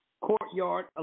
Courtyard